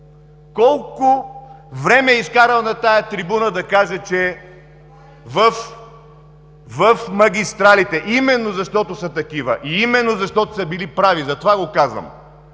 колко време е изкарал на тази трибуна да говори, че в магистралите именно защото са такива и именно защото са били прави, затова го казвам,